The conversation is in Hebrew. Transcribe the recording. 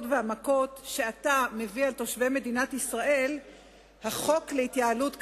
והמכות שאתה מביא על תושבי מדינת ישראל "החוק להתייעלות כלכלית".